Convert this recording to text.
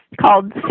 called